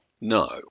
no